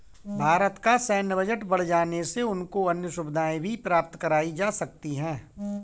भारत का सैन्य बजट बढ़ जाने से उनको अन्य सुविधाएं भी प्राप्त कराई जा सकती हैं